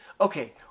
okay